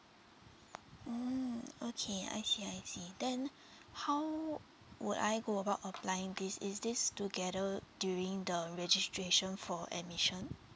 mm okay I see I see then how would I go about applying this is this together during the registration for admission